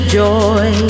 joy